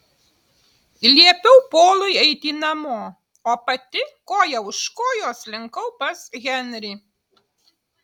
liepiau polui eiti namo o pati koja už kojos slinkau pas henrį